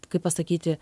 kaip pasakyti